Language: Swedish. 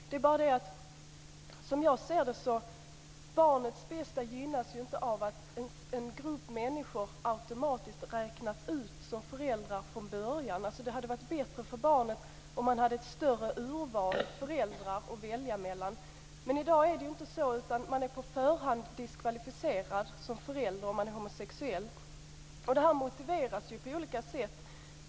Som jag ser det gynnas inte barnets bästa av att en grupp människor automatiskt räknas bort som föräldrar från början. Det hade varit bättre för barnet om man hade ett större urval av föräldrar att välja mellan. I dag är det inte så. Man är på förhand diskvalificerad som förälder om man är homosexuell. Det motiveras på olika sätt.